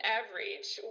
average